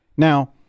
Now